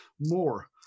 more